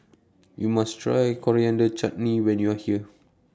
YOU must Try Coriander Chutney when YOU Are here